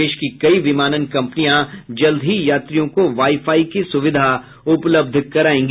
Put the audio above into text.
देश की कई विमानन कंपनियां जल्द ही यात्रियों को वाईफाई की सुविधा उपलब्ध करायेगी